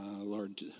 Lord